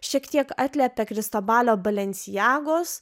šiek tiek atliepia kristobalio balensiagos